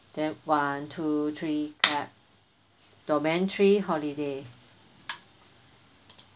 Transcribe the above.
then one two three clap domain three holiday